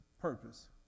purpose